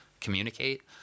communicate